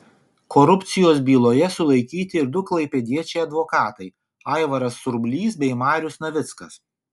korupcijos byloje sulaikyti ir du klaipėdiečiai advokatai aivaras surblys bei marius navickas